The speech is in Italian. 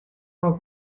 una